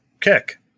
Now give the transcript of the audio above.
kick